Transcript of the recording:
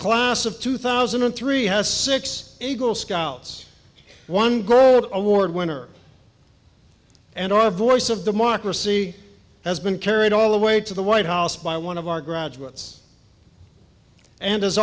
class of two thousand and three has six eagle scouts one gold award winner and our voice of democracy has been carried all the way to the white house by one of our graduates and